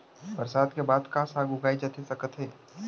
बरसात के बाद का का साग उगाए जाथे सकत हे?